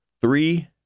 three